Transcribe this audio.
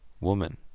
Woman